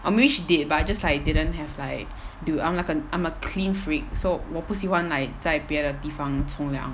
or maybe she did but I just like didn't have like dude I'm like a I'm a clean freak so 我不喜欢 like 在别的地方冲凉